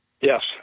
Yes